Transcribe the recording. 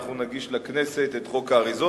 אנחנו נגיש לכנסת את חוק האריזות.